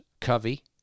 Covey